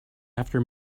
after